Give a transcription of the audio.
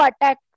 attack